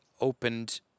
opened